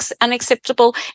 unacceptable